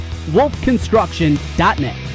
wolfconstruction.net